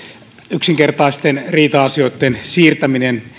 yksinkertaisten riita asioitten siirtäminen